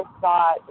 thought